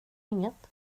inget